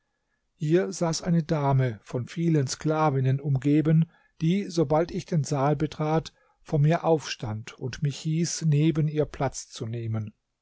hier saß eine dame von vielen sklavinnen umgeben die sobald ich in den saal trat vor mir aufstand und mich hieß neben ihr platz zu nehmen